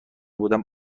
بودم